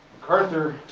macarthur,